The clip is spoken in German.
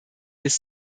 dies